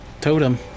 totem